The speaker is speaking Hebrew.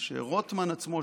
שרוטמן עצמו,